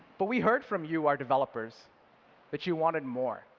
but we heard from you our developers that you wanted more,